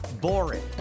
boring